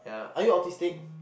are you autistic